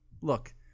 look